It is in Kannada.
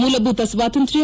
ಮೂಲಭೂತ ಸ್ವಾತಂತ್ರ್ಯ